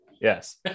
Yes